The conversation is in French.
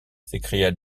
s’écria